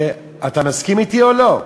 אתה מסכים אתי או לא?